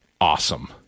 awesome